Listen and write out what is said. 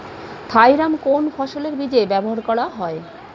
Thiram কোন ফসলের বীজে ব্যবহার করা হয়?